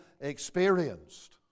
experienced